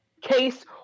case